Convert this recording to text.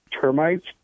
termites